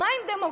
מה עם דמוקרטיה?